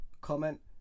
comment